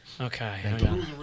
Okay